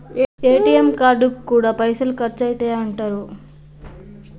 ATM కార్డుకు గూడా పైసలు ఖర్చయితయటరో